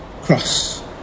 cross